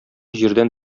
җирдән